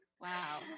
wow